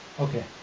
Okay